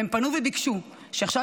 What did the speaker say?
והם פנו וביקשו שעכשיו,